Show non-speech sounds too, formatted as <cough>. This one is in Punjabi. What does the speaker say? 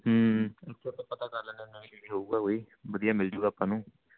ਹਮ <unintelligible> ਹੋਵੇਗਾ ਕੋਈ ਵਧੀਆ ਮਿਲ ਜੂਗਾ ਆਪਾਂ ਨੂੰ